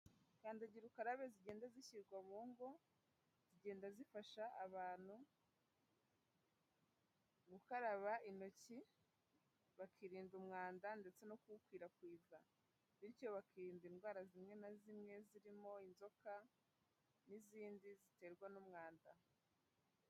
Kandagira ukarabe zigenda zishyirwa mu ngo, zigenda zifasha abantu, gukaraba intoki, bakirinda umwanda ndetse no kuwukwirakwiza, bityo bakirinda indwara zimwe na zimwe zirimo inzoka n'izindi ziterwa n'umwanda.